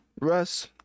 Russ